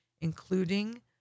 including